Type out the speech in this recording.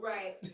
Right